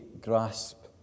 grasp